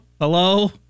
Hello